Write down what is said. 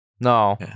No